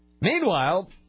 Meanwhile